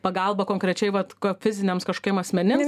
pagalbą konkrečiai vat ka fiziniams kažkokiem asmenims